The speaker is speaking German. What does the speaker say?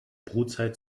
brutzeit